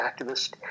activist